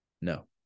No